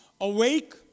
awake